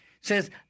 says